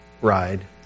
ride